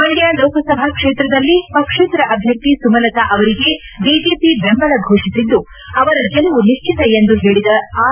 ಮಂಡ್ಡ ಲೋಕಸಭಾ ಕ್ಷೇತ್ರದಲ್ಲಿ ಪಕ್ಷೇತರ ಅಭ್ಯರ್ಥಿ ಸುಮಲತಾ ಅವರಿಗೆ ಬಿಜೆಪಿ ಬೆಂಬಲ ಘೋಷಿಸಿದ್ದು ಅವರ ಗೆಲುವು ನಿಶ್ಲಿತ ಎಂದು ಹೇಳದ ಆರ್